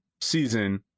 season